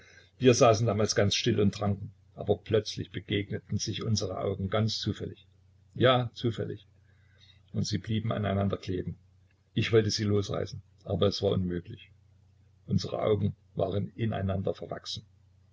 wir saßen damals ganz still und tranken aber plötzlich begegneten sich unsere augen ganz zufällig ja zufällig und sie blieben an einander kleben ich wollte sie losreißen aber es war unmöglich unsere augen waren in einander verwachsen